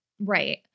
Right